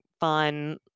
Fun